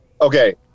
Okay